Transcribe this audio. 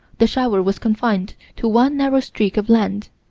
the shower was confined to one narrow streak of land.